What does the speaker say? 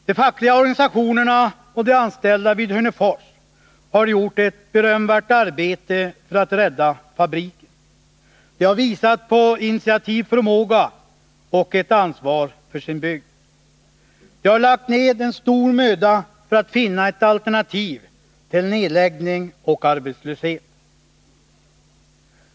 De fackliga organisationerna och de anställda vid Hörnefors har gjort ett berömvärt arbete för att rädda fabriken. De har visat på initiativförmåga och ett ansvar för sin bygd. De har lagt ned stor möda för att finna ett alternativ till nedläggning och arbetslöshet.